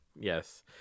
yes